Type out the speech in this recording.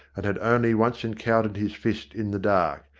and had only once en countered his fist in the dark,